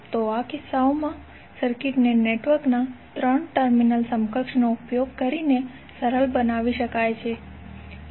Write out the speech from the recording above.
તો આ કિસ્સાઓમાં સર્કિટને નેટવર્ક ના 3 ટર્મિનલ સમકક્ષ નો ઉપયોગ કરીને સરળ બનાવી શકાય છે